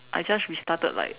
I just restarted like